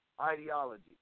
ideology